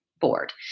board